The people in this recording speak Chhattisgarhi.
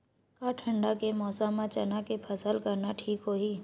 का ठंडा के मौसम म चना के फसल करना ठीक होही?